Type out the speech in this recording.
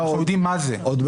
אנחנו יודעים מה זה.